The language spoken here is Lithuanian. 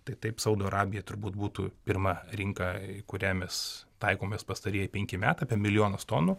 tai taip saudo arabija turbūt būtų pirma rinka kurią mes taikomės pastarieji penki metai apie milijonas tonų